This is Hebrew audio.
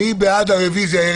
מי בעד הרביזיה?